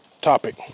topic